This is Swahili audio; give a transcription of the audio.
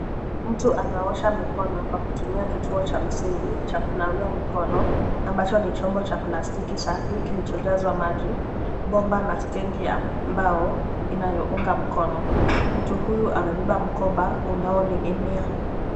Mtu anaosha mikono kwa kutumia kituo cha msingi cha kunawia mikono ambacho ni chombo cha plastiki safi kilichojazwa maji. Bomba na stendi ya mbao inayounga mkono. Mtu huyu amebeba mkoba unaoning'inia.